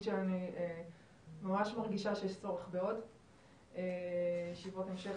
שאני ממש מרגישה שיש צורך בעוד ישיבות המשך